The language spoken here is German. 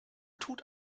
tut